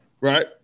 right